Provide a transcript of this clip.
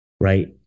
right